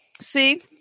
See